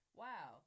wow